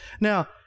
Now